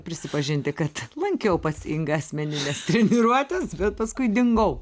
prisipažinti kad lankiau pas ingą asmenines treniruotes bet paskui dingau